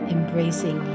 Embracing